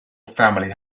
family